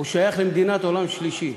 הוא שייך למדינת עולם שלישי.